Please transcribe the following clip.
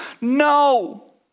No